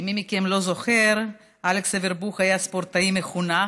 למי מכם שלא זוכר, אלכס אברבוך היה ספורטאי מחונן,